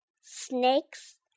snakes